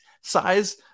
size